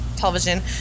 television